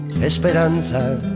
esperanza